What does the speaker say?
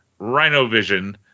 RhinoVision